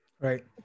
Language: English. Right